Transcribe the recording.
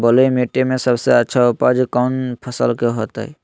बलुई मिट्टी में सबसे अच्छा उपज कौन फसल के होतय?